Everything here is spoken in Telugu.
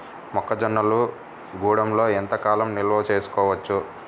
మొక్క జొన్నలు గూడంలో ఎంత కాలం నిల్వ చేసుకోవచ్చు?